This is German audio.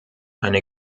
eine